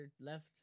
left